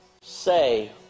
say